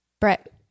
Brett